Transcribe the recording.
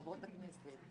חברות הכנסת,